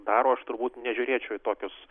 daro aš turbūt nežiūrėčiau į tokius